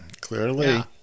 clearly